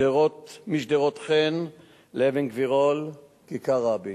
משדרות-ח"ן לאבן-גבירול, כיכר רבין.